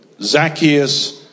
Zacchaeus